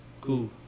cool